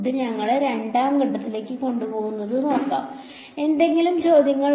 അത് നമ്മളെ രണ്ടാം ഘട്ടത്തിലേക്ക് കൊണ്ടുപോകുന്നത് നോക്കാം എന്തെങ്കിലും ചോദ്യങ്ങൾ